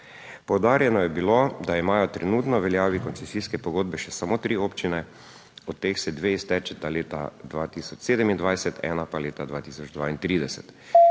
Poudarjeno je bilo, da imajo trenutno v veljavi koncesijske pogodbe še samo tri občine, od teh se iztečeta leta 2027, ena pa leta 2032.